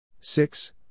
six